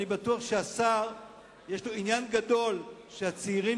אני בטוח שהשר יש לו עניין גדול שהצעירים